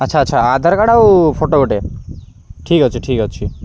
ଆଚ୍ଛା ଆଚ୍ଛା ଆଧାରକାର୍ଡ଼ ଆଉ ଫଟୋ ଗୋଟେ ଠିକ୍ ଅଛି ଠିକ୍ ଅଛି